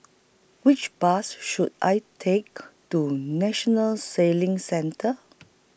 Which Bus should I Take to National Sailing Centre